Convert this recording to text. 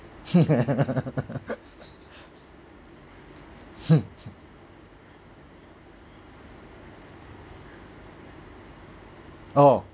oh